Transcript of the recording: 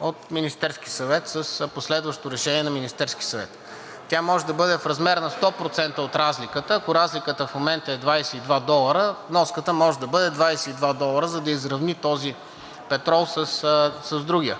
от Министерски съвет с последващо решение на Министерски съвет. Тя може да бъде в размер на 100% от разликата. Ако разликата в момента е 22 долара, вноската може да бъде 22 долара, за да изравни този петрол с другия